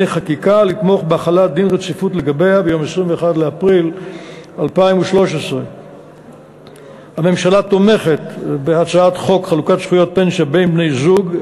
חקיקה לתמוך בהחלת דין רציפות לגביה ביום 21 באפריל 2013. הממשלה תומכת בהצעת חוק חלוקת זכויות פנסיה בין בני-זוג,